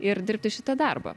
ir dirbti šitą darbą